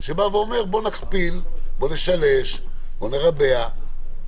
בואו נכפיל, בואו נשלש, בואו נרבע קנסות.